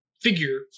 figure